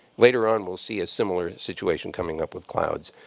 later on, we'll see a similar situation coming up with clouds.